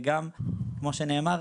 גם כמו שנאמר,